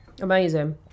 Amazing